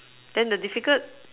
then the difficult